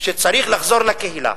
שצריך לחזור לקהילה.